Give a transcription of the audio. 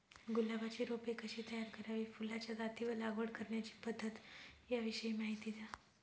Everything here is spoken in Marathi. गुलाबाची रोपे कशी तयार करावी? फुलाच्या जाती व लागवड करण्याची पद्धत याविषयी माहिती द्या